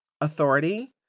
Authority